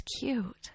cute